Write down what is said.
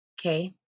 okay